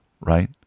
right